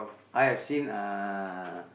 I have seen uh